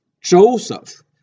Joseph